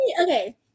Okay